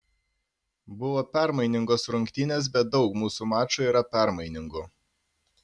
buvo permainingos rungtynės bet daug mūsų mačų yra permainingų